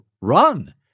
run